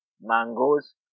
mangoes